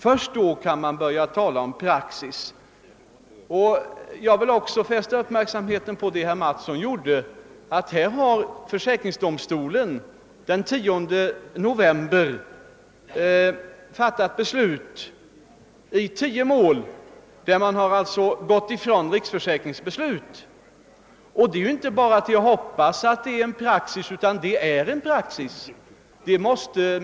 Först då kan man börja tala om praxis. Jag vill i likhet med herr Mattsson fästa uppmärksamheten på att försäkringsdomstolen den 10 november fattade beslut i tio mål, där domstolen gick ifrån riksförsäkringsverkets beslut. Det är inte bara att hoppas att detta är en praxis, ty det är ju en praxis.